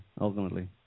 ultimately